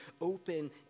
open